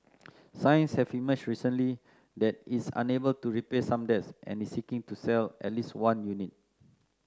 signs have emerged recently that it's unable to repay some debts and is seeking to sell at least one unit